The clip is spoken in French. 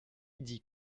dit